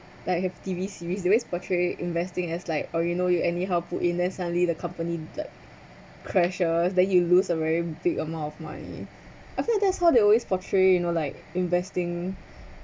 like have T_V series they always portray investing as like oh you know you anyhow put in then suddenly the company like crashes then you lose a very big amount of money I feel that's how they always portray you know like investing